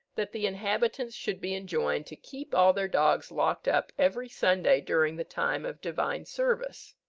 that the inhabitants should be enjoined to keep all their dogs locked up every sunday during the time of divine service.